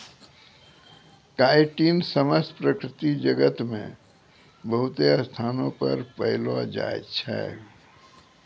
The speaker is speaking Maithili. काइटिन समस्त प्रकृति जगत मे बहुते स्थानो पर पैलो जाय छै